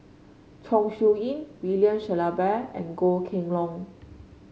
Chong Siew Ying William Shellabear and Goh Kheng Long